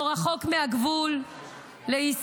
לא רחוק מהגבול עם ישראל,